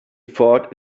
thought